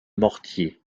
mortier